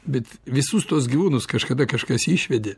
bet visus tuos gyvūnus kažkada kažkas išvedė